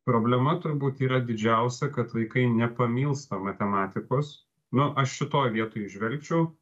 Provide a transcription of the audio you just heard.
problema turbūt yra didžiausia kad vaikai nepamilsta matematikos nu aš šitoj vietoj įžvelgčiau